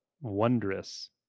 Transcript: wondrous